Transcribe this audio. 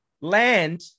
land